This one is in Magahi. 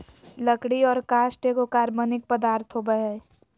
लकड़ी और काष्ठ एगो कार्बनिक पदार्थ होबय हइ